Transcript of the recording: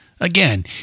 Again